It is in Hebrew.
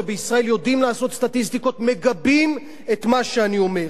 ובישראל יודעים לעשות סטטיסטיקות מגבים את מה שאני אומר.